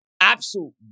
absolute